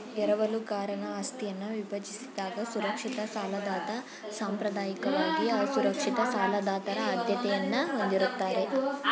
ಎರವಲುಗಾರನ ಆಸ್ತಿಯನ್ನ ವಿಭಜಿಸಿದಾಗ ಸುರಕ್ಷಿತ ಸಾಲದಾತ ಸಾಂಪ್ರದಾಯಿಕವಾಗಿ ಅಸುರಕ್ಷಿತ ಸಾಲದಾತರ ಆದ್ಯತೆಯನ್ನ ಹೊಂದಿರುತ್ತಾರೆ